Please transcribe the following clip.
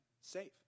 safe